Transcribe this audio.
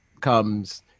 comes